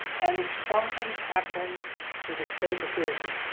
and if something happened to the state of israel